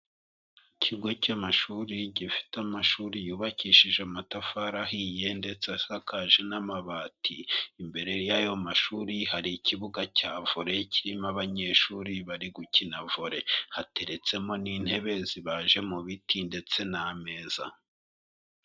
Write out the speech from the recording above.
Ikigo cy'amashuri gifite amashuri yubakishije amatafari ahiye ndetse asakaje n'amabati. imbere y'ayo mashuri hari ikibuga cya "Volley" kirimo abanyeshuri bari gukina "Volley", hateretsemo n'intebe zibaje mu biti ndetse n'ameza.